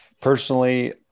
personally